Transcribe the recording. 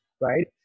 right